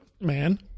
man